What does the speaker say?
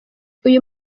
uyu